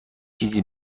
چیزی